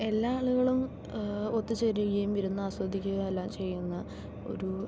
എല്ലാ ആളുകളും ഒത്തുചേരുകയും ഇരുന്ന് ആസ്വദിക്കുകയും എല്ലാം ചെയ്യുന്ന ഒരു